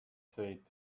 said